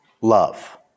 love